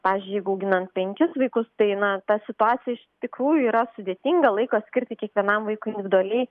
pavyzdžiui jeigu auginant penkis vaikus tai na ta situacija iš tikrųjų yra sudėtinga laiko skirti kiekvienam vaikui individualiai